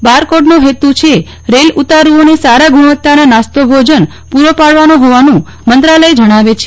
બાર કોડનો હેતુ છે રેલ્વે ઉતારુઓને સારી ગુણવત્તાના નાસ્તો ભોજન પૂરો પડવાનો હોવાનું મંત્રાલય જણાવે છે